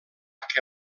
que